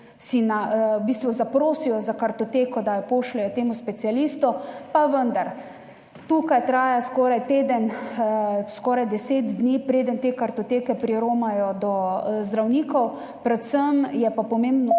zaprosijo za kartoteko, da jo pošljejo temu specialistu, pa vendar traja skoraj teden dni, skoraj deset dni, preden te kartoteke priromajo do zdravnikov, predvsem je pa pomembno